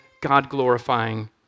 God-glorifying